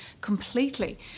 completely